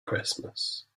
christmas